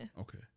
Okay